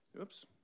oops